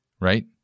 Right